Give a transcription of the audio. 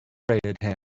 decorated